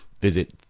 visit